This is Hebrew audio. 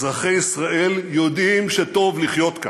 אזרחי ישראל יודעים שטוב לחיות כאן.